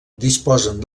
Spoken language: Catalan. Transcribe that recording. disposen